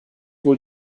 wohl